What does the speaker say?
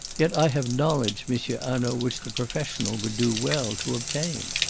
yet i have knowledge, monsieur hanaud which the professional would do well to obtain.